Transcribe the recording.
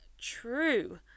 true